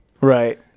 Right